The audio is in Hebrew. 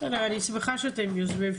בסדר אני שמחה שאתם יוזמים,